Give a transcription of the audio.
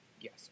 Yes